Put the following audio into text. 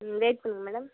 ம் வெயிட் பண்ணுங்கள் மேடம்